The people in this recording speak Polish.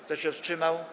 Kto się wstrzymał?